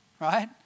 Right